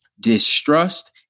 distrust